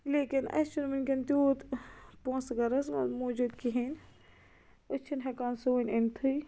لیکِن اَسہِ چھُنہٕ وٕنکٮ۪ن تیوٗت پۄنٛسہٕ گَرس منٛز موٗجوٗد کِہیٖنۍ أسۍ چھِنہٕ ہٮ۪کان سُہ وٕنہِ أنتھٕے